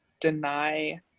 deny